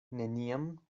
neniam